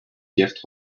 gift